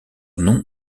nom